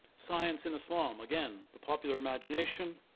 science in islam. again the popular imagination,